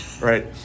right